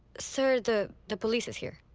sir, the. the police is here.